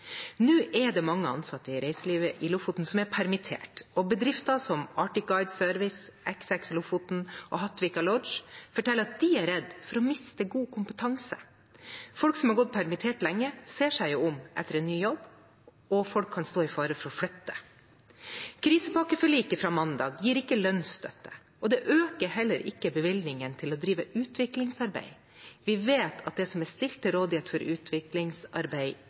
Nå er det mange ansatte i reiselivet i Lofoten som er permittert, og bedrifter som Arctic Guide Service, XXLofoten og Hattvika Lodge forteller at de er redd for å miste god kompetanse. Folk som har gått permittert lenge, ser seg jo om etter en ny jobb, og man kan stå i fare for at folk flytter. Krisepakkeforliket fra mandag gir ikke lønnsstøtte, og det øker heller ikke bevilgningen til å drive utviklingsarbeid. Vi vet at det som er stilt til rådighet for utviklingsarbeid,